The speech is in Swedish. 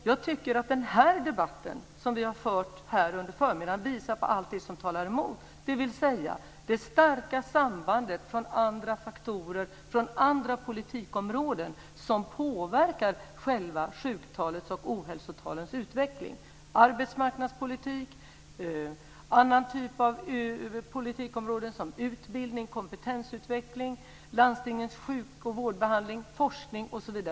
Jag tycker att den debatt som vi fört här under förmiddagen visar på allt det som talar emot, dvs. det starka sambandet med andra faktorer och andra politikområden som påverkar själva sjuktalens och ohälsotalens utveckling - arbetsmarknadspolitik, utbildning, kompetensutveckling, landstingens sjukoch vårdbehandling, forskning osv.